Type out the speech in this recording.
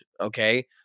okay